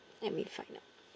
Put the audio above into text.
let me find out